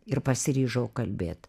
ir pasiryžau kalbėt